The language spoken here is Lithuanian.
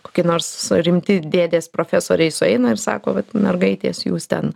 kokie nors rimti dėdės profesoriai sueina ir sako vat mergaitės jūs ten